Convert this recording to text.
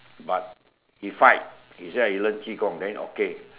but he fight he say he learn qi-gong then okay